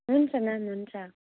हुन्छ म्याम हुन्छ